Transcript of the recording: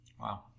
Wow